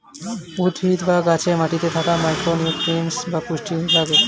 উদ্ভিদ বা গাছে মাটিতে থাকা মাইক্রো নিউট্রিয়েন্টস বা পুষ্টি লাগে